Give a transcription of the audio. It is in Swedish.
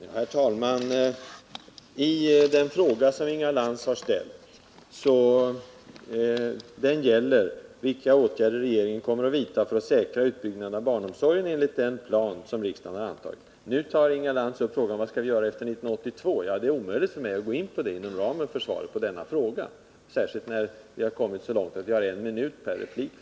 Herr talman! Den fråga som Inga Lantz har ställt gäller vilka åtgärder som regeringen tänker vidta för att säkra utbyggnaden av barnomsorgen enligt den plan som riksdagen har antagit. Nu tar Inga Lantz upp frågan vad vi skall göra 1982. Det är omöjligt för mig att gå in på den saken inom ramen för svaret på denna fråga, i synnerhet när vi har kommit så långt i debatten att vi har en minut per replik.